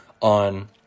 on